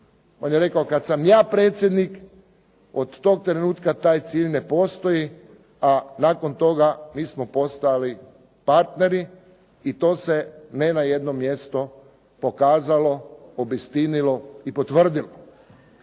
On je rekao kad sam ja predsjednik, od tog trenutka taj cilj ne postoji, a nakon toga mi smo postali partneri i to se ne na jednom mjestu pokazalo, obistinilo i potvrdilo.